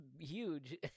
huge